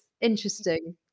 interesting